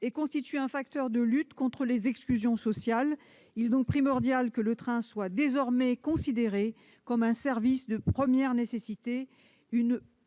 et constitue un facteur de lutte contre les exclusions sociales. Il est donc primordial que le train soit désormais considéré comme un service de première nécessité. Une